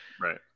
Right